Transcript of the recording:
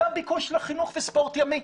זה הביקוש לחינוך וספורט ימי.